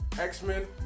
X-Men